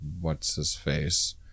what's-his-face